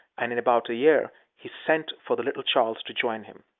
and in about a year he sent for the little charles to join him.